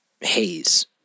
haze